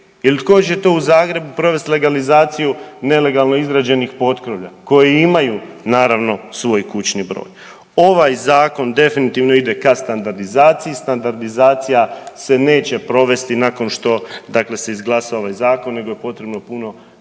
Ili tko će to u Zagrebu provesti legalizaciju nelegalno izgrađenih potkrovlja koji imaju naravno, svoj kućni broj? Ovaj Zakon definitivno ide ka standardizaciji, standardizacija se neće provesti nakon što, dakle se izglasa ovaj Zakon nego je potrebno puno